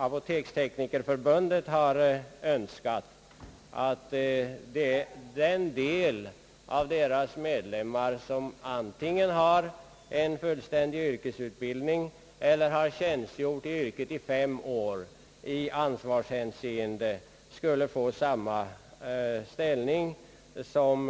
Apoteksteknikerförbundet har önskat att den del av dess medlemmar, som antingen har fullständig yrkesutbildning eller har tjänstgjort i yrket under fem år, i ansvarshänseende skulle få samma ställning som